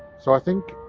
so i think,